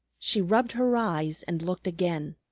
she rubbed her eyes and looked again.